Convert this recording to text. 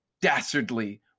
dastardly